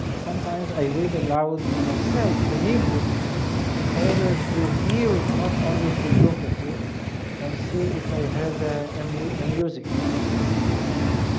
sometimes i read aloud to myself the hebrew in order to hear it not only to look at it and see if i have a um music music in the text.